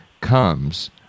comes